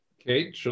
Okay